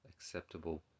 Acceptable